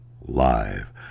live